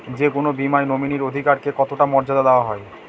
যে কোনো বীমায় নমিনীর অধিকার কে কতটা মর্যাদা দেওয়া হয়?